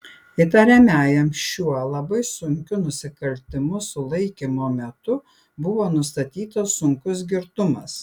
įtariamajam šiuo labai sunkiu nusikaltimu sulaikymo metu buvo nustatytas sunkus girtumas